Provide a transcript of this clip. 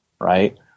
right